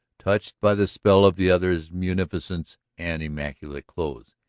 touched by the spell of the other's munificence and immaculate clothes.